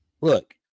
Look